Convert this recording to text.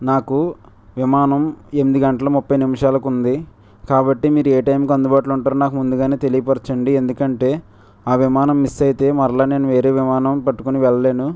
నాకు విమానం ఎనిమిది గంటల ముప్పై నిమిషాలకి ఉంది కాబట్టి మీరు ఏ టైమ్కి అందుబాటులో ఉంటారో నాకు ముందుగానే తెలియపరచండి ఎందుకంటే ఆ విమానం మిస్ అయితే మరలా నేను వేరే విమానం పట్టుకొని వెళ్ళలేను